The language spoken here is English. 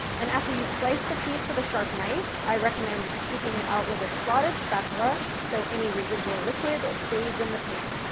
and after you've sliced a piece with a sharp knife, i recommend scooping it out with a slotted spatula so any residual liquid stays in the pan.